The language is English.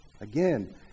again